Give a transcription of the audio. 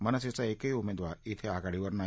मनसेचा एकही उमेदवार आघाडीवर नाही